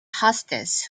hostess